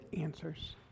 answers